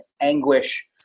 anguish